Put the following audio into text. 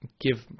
give